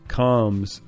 comes